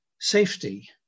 safety